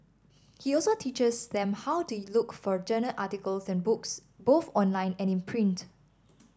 he also teaches them how to look for journal articles and books both online and in print